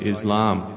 Islam